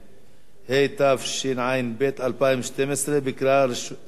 התשע"ב 2012, קריאה שנייה ושלישית.